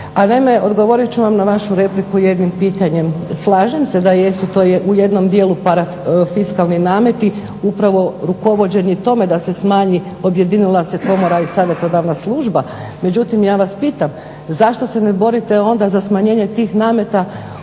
A naime odgovorit ću vam na vašu repliku jednim pitanjem. Slažem se da jesu u jednom dijelu parafiskalni nameti upravo rukovođeni tome da sa smanji objedinila se komora i savjetodavna služba, međutim ja vas pitam, zašto se ne borite onda za smanjenje tih nameta u drugim